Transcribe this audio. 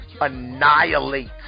annihilate